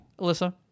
Alyssa